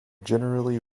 generally